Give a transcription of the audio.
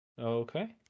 Okay